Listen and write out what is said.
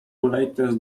latest